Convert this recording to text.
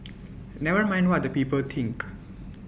never mind what the people think